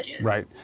Right